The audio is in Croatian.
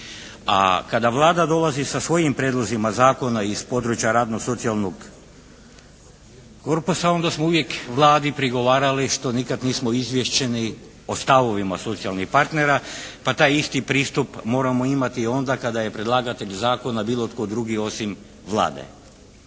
a kada Vlada dolazi sa svojim prijedlozima zakona iz područja radnog socijalnog korpusa onda smo uvijek Vladi prigovarali što nikad nismo izviješćeni o stavovima socijalnih partnera pa taj isti pristup moramo imati i onda kada je predlagatelj zakona bilo tko drugi osim Vlade.